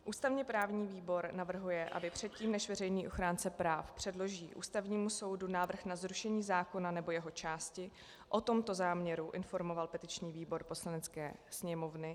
Ústavněprávní výbor navrhuje, aby předtím, než veřejný ochránce práv předloží Ústavnímu soudu návrh na zrušení zákona nebo jeho části, o tomto záměru informoval petiční výbor Poslanecké sněmovny.